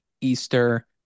Easter